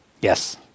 Yes